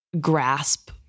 grasp